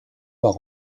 par